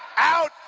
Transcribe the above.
out!